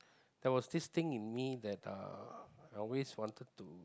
there was this thing in me that uh I always wanted to